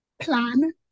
Plan